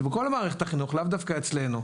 זה בכל מערכת החינוך, לאו דווקא אצלנו.